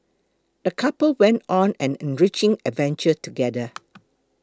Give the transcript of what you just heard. the couple went on an enriching adventure together